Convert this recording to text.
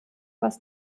was